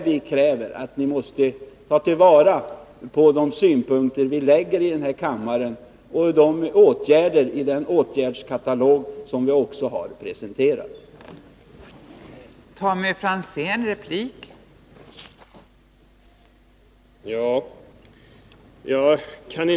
Vi kräver att ni tar till vara de synpunkter vi framför i den här kammaren och tar hänsyn till de åtgärder vi presenterat i en åtgärdskatalog.